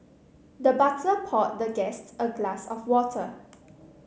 the butler poured the guests a glass of water